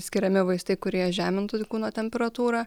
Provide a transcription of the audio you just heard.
skiriami vaistai kurie žemintų kūno temperatūrą